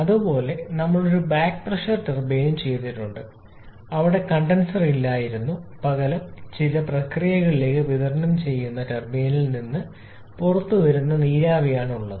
അതുപോലെ നമ്മൾ ഒരു ബാക്ക് പ്രഷർ ടർബൈനും ചെയ്തിട്ടുണ്ട് അവിടെ കണ്ടൻസർ ഇല്ലായിരുന്നു പകരം ചില പ്രക്രിയകളിലേക്ക് വിതരണം ചെയ്യുന്ന ടർബൈനിൽ നിന്ന് പുറത്തുവരുന്ന നീരാവി ആണ് ഉള്ളത്